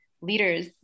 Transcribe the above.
leaders